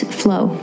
flow